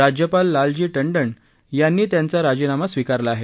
राज्यपाल लालजी टंडन यांनी त्यांचा राजीनामा स्वीकारला आहे